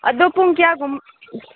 ꯑꯗꯨ ꯄꯨꯡ ꯀꯌꯥꯒꯨꯝ